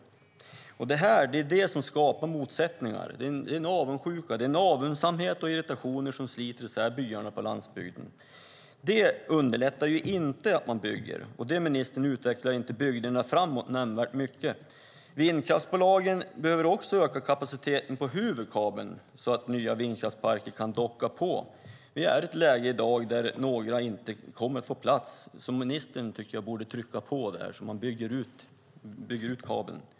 Detta skapar motsättningar. Det skapar avundsjuka, avundsamhet och irritation som sliter isär byarna på landsbygden. Det underlättar inte att man bygger, och det utvecklar inte bygderna framåt nämnvärt mycket, ministern. Vindkraftsbolagen behöver också öka kapaciteten på huvudkabeln så att nya vindkraftsparker kan docka på. Vi är i ett läge i dag där några inte kommer att få plats. Jag tycker att ministern borde trycka på så att man bygger ut kabeln.